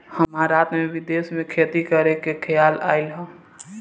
हमरा रात में विदेश में खेती करे के खेआल आइल ह